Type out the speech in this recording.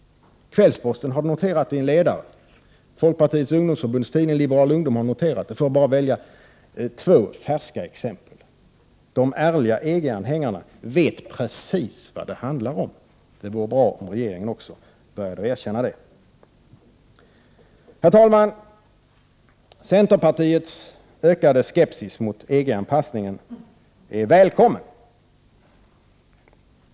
Kvällsposten har noterat det i en ledare, och folkpartiets Prot. 1988/89:129 ungdomsförbunds tidning Liberal ungdom har gjort det — för att bara nämna — 6 juni 1989 två färska exempel. De ärliga EG-anhängarna vet precis vad det handlar om. Det vore bra om också regeringen erkände det. Herr talman! Centerpartiets ökade skepsis mot EG-anpassningen är välkommen.